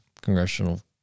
congressional